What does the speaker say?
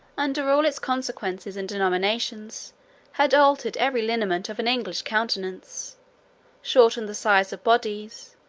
under all its consequences and denominations had altered every lineament of an english countenance shortened the size of bodies,